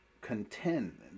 contend